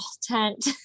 tent